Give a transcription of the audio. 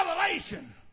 revelation